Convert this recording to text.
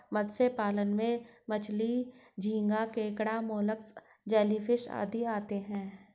मत्स्य पालन में मछली, झींगा, केकड़ा, मोलस्क, जेलीफिश आदि आते हैं